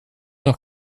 noch